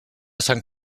sant